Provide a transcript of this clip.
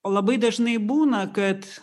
o labai dažnai būna kad